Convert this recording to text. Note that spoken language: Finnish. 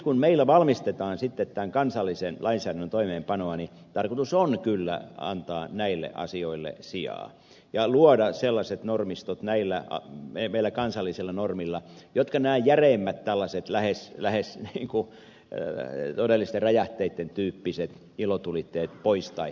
kun meillä valmistellaan tämän kansallisen lainsäädännön toimeenpanoa niin tarkoitus on kyllä antaa näille asioille sijaa ja luoda meille kansallisilla normeilla sellaiset normistot jotka nämä järeimmät lähes niin kuin todellisten räjähteitten tyyppiset ilotulitteet poistaisivat markkinoilta